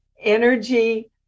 Energy